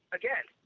again